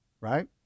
right